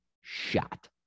shot